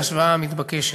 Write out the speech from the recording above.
היא השוואה מתבקשת,